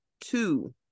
two